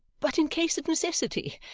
but in case of necessity,